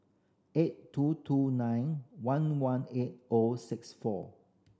eight two two nine one one eight O six four